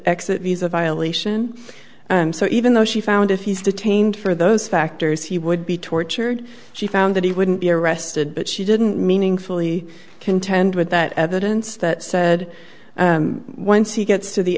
exit visa violation and so even though she found if he's detained for those factors he would be tortured she found that he wouldn't be arrested but she didn't meaningfully contend with that evidence that said once he gets to the